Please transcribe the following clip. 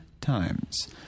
times